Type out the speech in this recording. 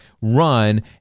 run